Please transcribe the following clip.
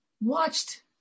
watched